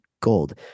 gold